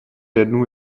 jednu